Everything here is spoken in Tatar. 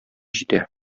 җитә